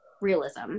realism